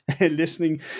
listening